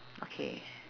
okay